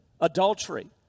adultery